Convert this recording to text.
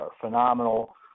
phenomenal